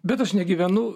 bet aš negyvenu